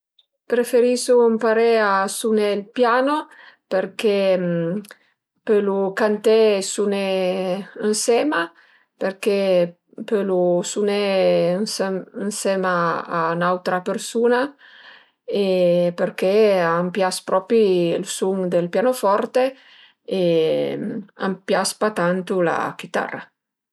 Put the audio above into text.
Preferisu ëmparé a suné ël piano perché pölu canté e suné ënsema perché pölu suné ënsema a ün'autra persun-a e perché a m'pias propi ël sun dël pianoforte e a m'pias pa tantu la chitarra